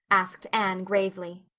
asked anne gravely.